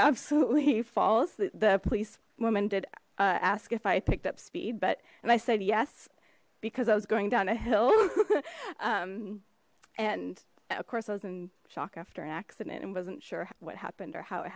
the the police woman did ask if i picked up speed but and i said yes because i was going down a hill and of course i was in shock after an accident and wasn't sure what happened or how it